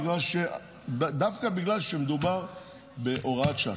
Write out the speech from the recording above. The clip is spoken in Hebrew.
דווקא בגלל שמדובר בהוראת שעה.